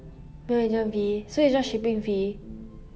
no agent fee so it's just shipping fee